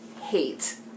hate